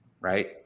right